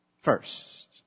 first